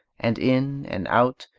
and in and out,